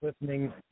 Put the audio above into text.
listening